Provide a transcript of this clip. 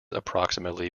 approximately